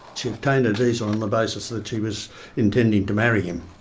she obtained a visa on the basis that she was intending to marry him.